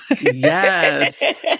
Yes